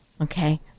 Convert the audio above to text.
Okay